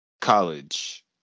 college